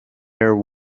her